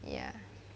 ya